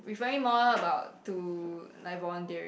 referring more about to like volunteering